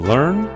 Learn